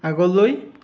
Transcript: আগলৈ